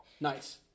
Nice